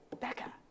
Becca